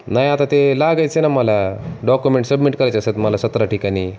नाही आता ते लागायचे ना मला डॉक्युमेंट् सबमिट करायचे असतात मला सतरा ठिकाणी